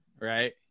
right